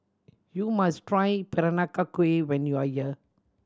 you must try Peranakan Kueh when you are here